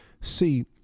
See